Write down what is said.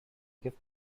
gift